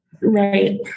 Right